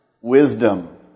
wisdom